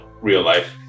real-life